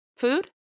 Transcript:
Food